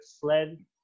fled